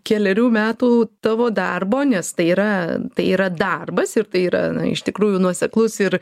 kelerių metų tavo darbo nes tai yra tai yra darbas ir tai yra iš tikrųjų nuoseklus ir